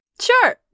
Sure